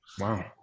Wow